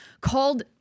called